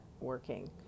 working